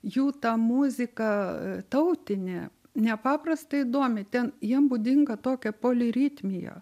jų ta muzika tautinė nepaprastai įdomi ten jiem būdinga tokia poliritmija